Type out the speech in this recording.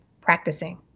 practicing